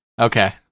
Okay